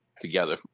Together